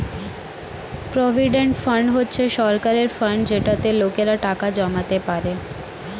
provident fund হচ্ছে সরকারের fund যেটাতে লোকেরা টাকা জমাতে পারে